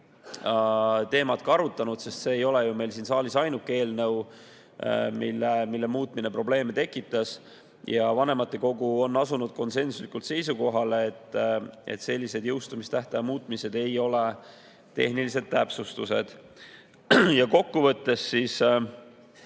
teemat arutanud, sest see ei ole meil siin saalis ainuke eelnõu, mille muutmine on probleeme tekitanud. Vanematekogu asus konsensuslikule seisukohale, et sellised jõustumistähtaja muutmised ei ole tehnilised täpsustused. Kokku võttes,